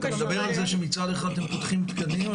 אבל אתה מדבר על זה שמצד אחד אתם פותחים תקנים,